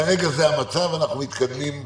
כרגע זה המצב, אנחנו מתקדמים הלאה.